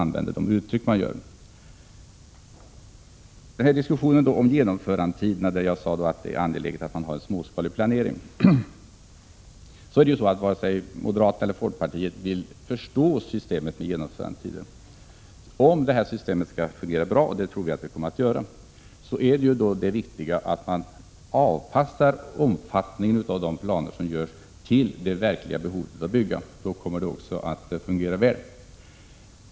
När det gäller diskussionen om genomförandetiderna sade jag att det är angeläget att. man har en småskalig planering. Varken moderaterna eller folkpartiet vill förstå systemet med genomförandetider. Om systemet skall fungera bra — och det tror vi att det kommer att göra — så är ju det viktiga att man avpassar omfattningen av planerna till det verkliga behovet av att bygga. Då kommer det också att fungera väl.